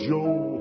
Joe